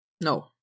No